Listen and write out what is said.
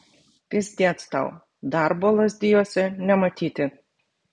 pyzdec tau darbo lazdijuose nematyti